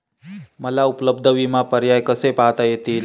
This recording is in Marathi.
मला उपलब्ध विमा पर्याय कसे पाहता येतील?